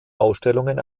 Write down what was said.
ausstellungen